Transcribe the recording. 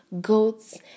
goats